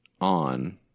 on